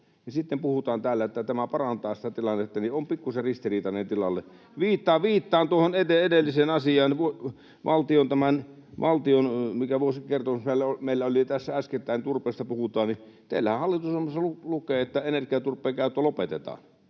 sitten puhutaan täällä, että tämä parantaa sitä tilannetta, on pikkuisen ristiriitainen tilanne. [Jenna Simulan välihuuto] Viittaan tuohon edelliseen asiaan, mikä valtion vuosikertomus meillä oli tässä äskettäin ja kun turpeesta puhutaan, niin teillähän hallitusohjelmassa lukee, että energiaturpeen käyttö lopetetaan.